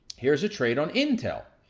here's a trade on intel.